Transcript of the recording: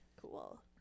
Cool